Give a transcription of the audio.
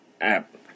App